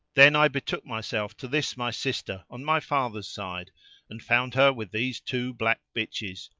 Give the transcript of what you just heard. then i betook myself to this my sister on my father's side and found her with these two black bitches.